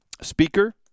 speaker